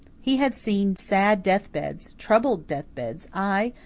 he had seen sad death-beds troubled death-beds ay,